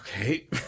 Okay